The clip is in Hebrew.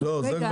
זה בעייתי.